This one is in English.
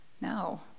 No